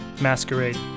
masquerade